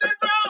bro